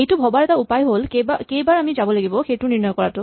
এইটো ভৱাৰ এটা উপায় হ'ল কেইবাৰ আমি যাব লাগিব সেইটো নিৰ্ণয় কৰাটো